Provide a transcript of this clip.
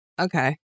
Okay